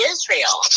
Israel